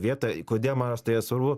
vietą kodėl man rodos tai svarbu